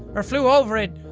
or flew over it.